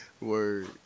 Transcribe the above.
Word